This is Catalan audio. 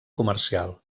comercial